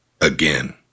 Again